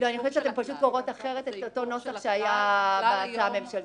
אני חושבת שאתן פשוט קוראות אחרת את אותו נוסח שהיה בהצעה הממשלתית.